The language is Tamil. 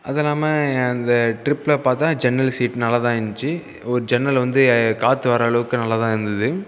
அது இல்லாமல் அந்த ட்ரிப்பில் பார்த்தா ஜன்னல் சீட் நல்லாதான் இருந்துச்சு ஒரு ஜன்னல் வந்து காற்று வர அளவுக்கு நல்லாதான் இருந்தது